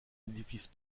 édifice